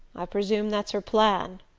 i presume that's her plan,